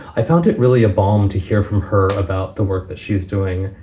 i found it really a bomb to hear from her about the work that she's doing.